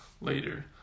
later